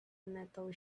metal